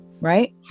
right